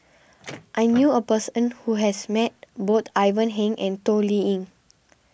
I knew a person who has met both Ivan Heng and Toh Liying